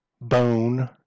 bone